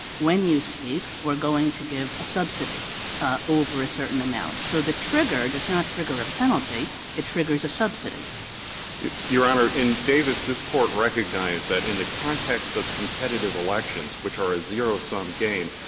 when you speak, we're going to give a subsidy over a certain amount. so the trigger does not trigger a penalty it triggers a subsidy. maurer your honor, in davis, this court recognized that in the context of competitive elections, which are a zero-sum game,